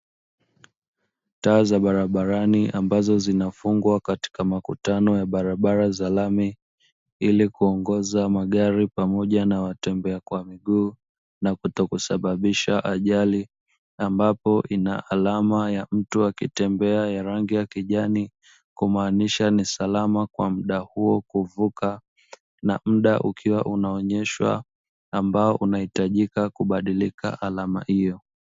Taa za barabarani ambazo zinafungwa katika makutano ya barabara za lami, ili kuongoza magari pamoja na watembea kwa miguu, na kutokusababisha ajali ambapo ina alama ya mtu akitembea ya rangi ya kijani kumaanisha ni salama kwa muda huo kuvuka, na muda ukiwa unaonyeshwa ambao unahitajika kubadilika alama hiyo.